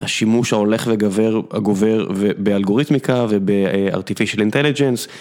השימוש ההולך וגבר הגובר באלגוריתמיקה ובארטיפישל אינטליג'נס.